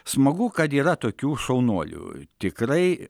smagu kad yra tokių šaunuolių tikrai